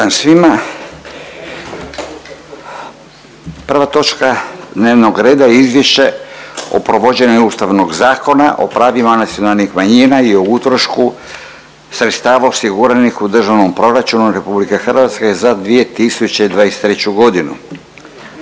**Jandroković, Gordan (HDZ)** Izvješće o provođenju ustavnog zakona o pravima nacionalnih manjina i o utrošku sredstava osiguranih u državnom proračunu republike hrvatske za 2023. godinu